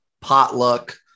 potluck